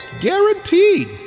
Guaranteed